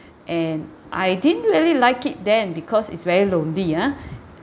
and I didn't really like it then because it's very lonely ah